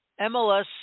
MLS